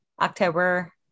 October